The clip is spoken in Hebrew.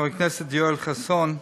חבר הכנסת יואל חסון,